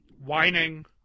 whining